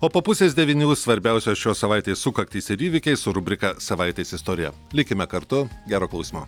o po pusės devynių svarbiausios šios savaitės sukaktys ir įvykiai su rubrika savaitės istorija likime kartu gero klausymo